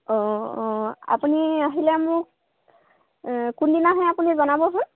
অঁ অঁ আপুনি আহিলে মোক কোনদিনা আহে আপুনি জনাবচোন